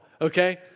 Okay